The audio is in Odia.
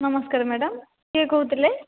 ନମସ୍କାର ମ୍ୟାଡ଼ମ କିଏ କହୁଥିଲେ